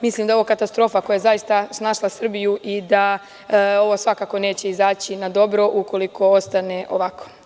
Mislim da je ovo katastrofa, koja je snašla Srbiju, i da ovo svakako neće izaći na dobro ukoliko ostane ovako.